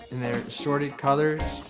and they are assorted colors.